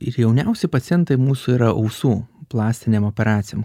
ir jauniausi pacientai mūsų yra ausų plastinėm operacijom